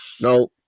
Now